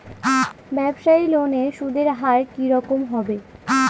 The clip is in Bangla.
ব্যবসায়ী লোনে সুদের হার কি রকম হবে?